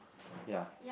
ya